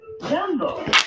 Jumbo